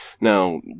Now